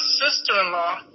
sister-in-law